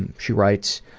and she writes,